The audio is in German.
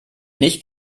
nicht